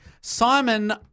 Simon